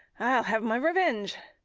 i'll have my revenge.